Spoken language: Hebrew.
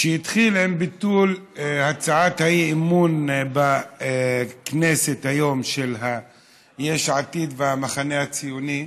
שהתחיל עם ביטול הצעת האי-אמון בכנסת היום של יש עתיד והמחנה הציוני,